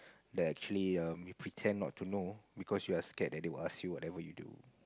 that actually um you pretend not to know because you are scared that they would ask you whatever you do